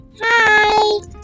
Hi